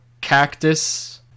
cactus